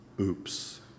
oops